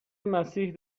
مسیح